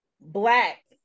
black